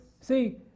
See